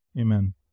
amen